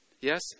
Yes